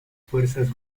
fuerzas